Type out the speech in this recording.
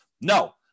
no